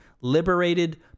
Liberated